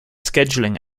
scheduling